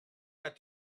had